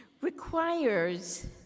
requires